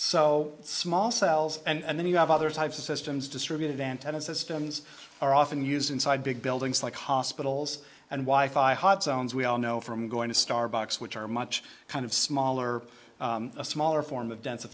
so small cells and then you have other types of systems distributed antenna systems are often used inside big buildings like hospitals and wife i hot zones we all know from going to starbucks which are much kind of smaller a smaller form of d